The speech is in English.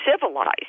civilized